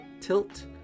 tilt